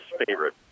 favorite